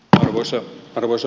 arvoisa puhemies